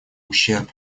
ущерб